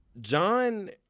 John